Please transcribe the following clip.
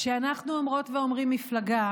כשאנחנו אומרות ואומרים מפלגה,